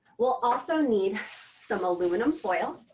we'll also need some aluminum foil.